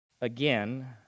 again